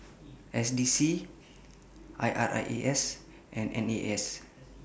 S D C I R A S and N A S